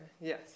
yes